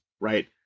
right